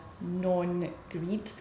non-greed